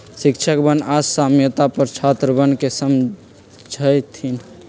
शिक्षकवन आज साम्यता पर छात्रवन के समझय थिन